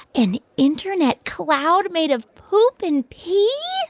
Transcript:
an internet cloud made of poop and pee?